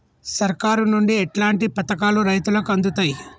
సర్కారు నుండి ఎట్లాంటి పథకాలు రైతులకి అందుతయ్?